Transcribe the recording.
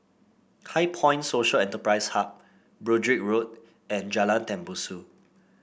HighPoint Social Enterprise Hub Broadrick Road and Jalan Tembusu